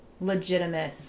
legitimate